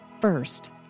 First